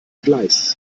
gleis